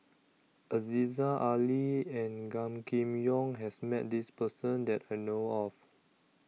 Aziza Ali and Gan Kim Yong has Met This Person that I know of